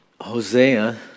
Hosea